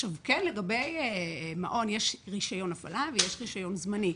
לגבי מעון, יש רישיון הפעלה ויש רישיון זמני.